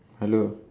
hello